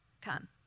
come